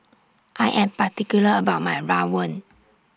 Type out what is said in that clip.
I Am particular about My Rawon